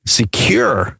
secure